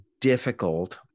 difficult